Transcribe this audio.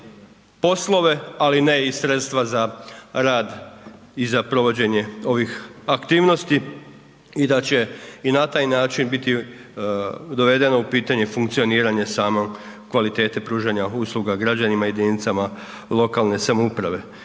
poslove, ali ne i sredstva za rad i za provođenje ovih aktivnosti i da će i na taj način biti dovedeno u pitanje funkcioniranje same kvalitete pružanja usluge građanima i jedinicama lokalne samouprave.